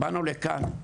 באנו לכאן,